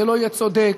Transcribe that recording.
זה לא יהיה צודק,